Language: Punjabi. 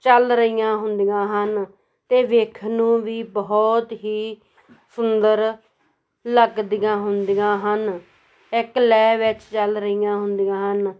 ਚੱਲ ਰਹੀਆਂ ਹੁੰਦੀਆਂ ਹਨ ਅਤੇ ਵੇਖਣ ਨੂੰ ਵੀ ਬਹੁਤ ਹੀ ਸੁੰਦਰ ਲੱਗਦੀਆਂ ਹੁੰਦੀਆਂ ਹਨ ਇੱਕ ਲੈਅ ਵਿੱਚ ਚੱਲ ਰਹੀਆਂ ਹੁੰਦੀਆਂ ਹਨ